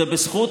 זה בזכות,